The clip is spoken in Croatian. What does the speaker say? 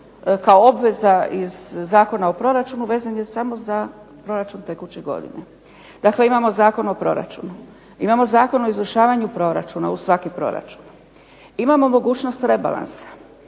kao obveza iz Zakona o proračunu vezan je samo za proračun tekuće godine. Dakle, imamo Zakon o proračunu, imamo Zakon o izvršavanju proračuna uz svaki proračun, imamo mogućnost rebalansa,